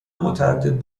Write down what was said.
متعدد